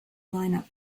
lineup